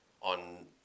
on